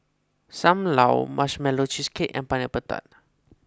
Sam Lau Marshmallow Cheesecake and Pineapple Tart